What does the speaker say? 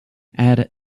add